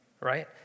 right